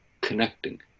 connecting